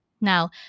Now